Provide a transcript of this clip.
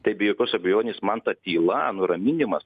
tai be jokios abejonės man ta tyla nuraminimas